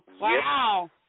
Wow